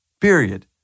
period